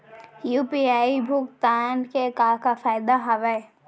UPI भुगतान के का का फायदा हावे?